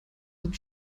sind